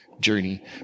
journey